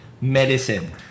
medicine